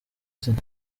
zina